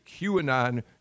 QAnon